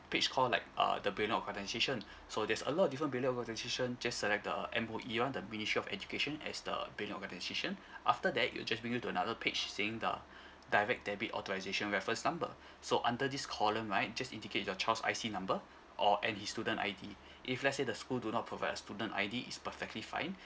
page call like uh the billing organisation so there's a lot different billing organisation just select the M_O_E one the ministry of education as the billing organisation after that it'll just bring you to another page saying the direct debit authorisation reference number so under this column right just indicate your child's I_C number or and his student I_D if let's say the school do not provide a student I_D it's perfectly fine